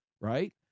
right